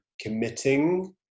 committing